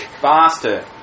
Faster